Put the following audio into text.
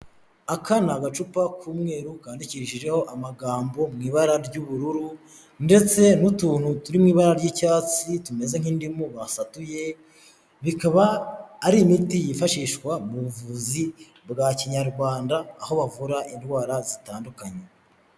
Aka ni agacupa k'umweru kandindikishijeho amagambo mu ibara ry'ubururu, ndetse n'utuntu turi mu ibara ry'icyatsi tumeze nk'indimu basatuye bikaba ari imiti yifashishwa mu buvuzi bwa kinyarwanda aho bavura indwara zitandukanye.